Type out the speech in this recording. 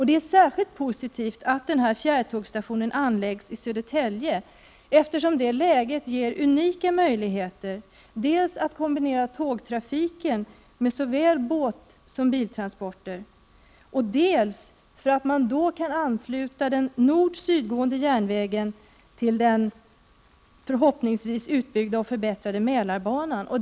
Vidare är det särskilt positivt att en fjärrtågsstation anläggs i Södertälje, eftersom det läget ger unika möjligheter dels när det gäller att kombinera tågtrafiken med såväl båtsom biltransporter, dels när det gäller att ansluta den nord-sydgående järnvägen till den, som jag hoppas, då utbyggda och förbättrade Mälarbanan.